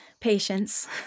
Patience